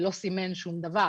ולא סימן שום דבר.